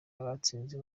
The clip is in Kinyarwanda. abatsinze